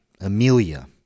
Amelia